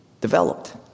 developed